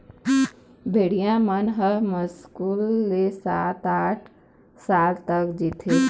भेड़िया मन ह मुस्कुल ले सात, आठ साल तक जीथे